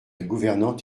gouvernante